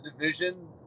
division